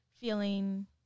feeling